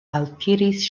altiris